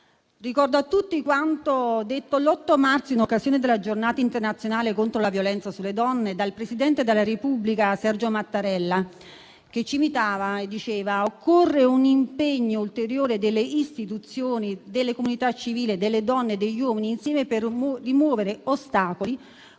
Ricordo a tutti quanto detto l'8 marzo, in occasione della Giornata internazionale contro la violenza sulle donne, dal presidente della Repubblica Sergio Mattarella: «Occorre un impegno ulteriore delle istituzioni, della comunità civile, delle donne e degli uomini, insieme, per rimuovere ostacoli,